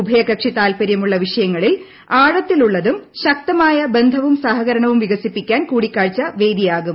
ഉഭയകക്ഷി താൽപ്പര്യമുള്ള വിഷയങ്ങളിൽ ആഴത്തിലുള്ളതും ശക്തമായ ബന്ധവും സഹകരണവും വികസിപ്പിക്കാൻ കൂടിക്കാഴ്ച വേദിയാകും